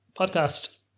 podcast